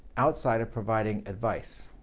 outside of providing advice.